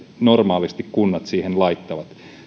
normaalisti kunnat siihen laittavat